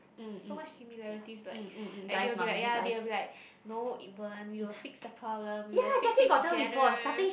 so much similarities like like they will be like ya they will be like no it won't we will fix the problem we'll fix it together